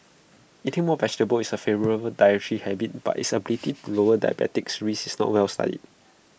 eating more vegetables is A favourable dietary habit but its ability to lower diabetes risk is not well studied